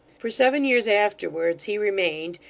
for seven years afterwards he remained,